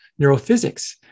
Neurophysics